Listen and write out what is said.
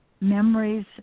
memories